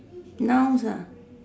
nouns ah